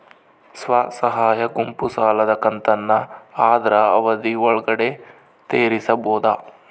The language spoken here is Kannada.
ಸ್ವಸಹಾಯ ಗುಂಪು ಸಾಲದ ಕಂತನ್ನ ಆದ್ರ ಅವಧಿ ಒಳ್ಗಡೆ ತೇರಿಸಬೋದ?